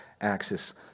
axis